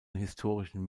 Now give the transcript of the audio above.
historischen